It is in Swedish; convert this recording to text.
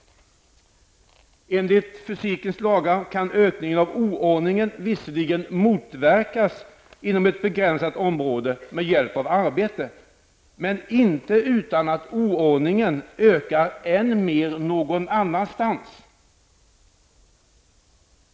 Enligt fysikens lagar kan ökningen av oordningen visserligen med hjälp av arbete motverkas inom ett begränsat område, men inte utan att oordningen ökar än mer någon annanstans.